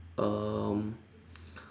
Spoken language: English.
um